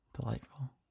Delightful